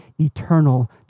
eternal